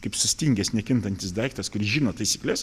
kaip sustingęs nekintantis daiktas kuris žino taisykles